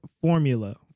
formula